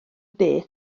beth